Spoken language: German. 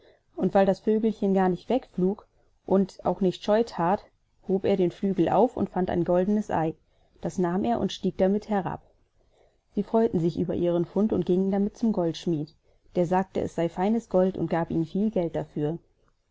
und weil das vögelchen gar nicht wegflog und auch nicht scheu that hob er den flügel auf und fand ein goldenes ei das nahm er und stieg da mit herab sie freuten sich über ihren fund und gingen damit zum goldschmid der sagte es sey feines gold und gab ihnen viel geld dafür